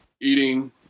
eating